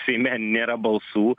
seime nėra balsų